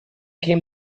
came